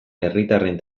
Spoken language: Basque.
herritarren